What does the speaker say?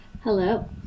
Hello